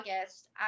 August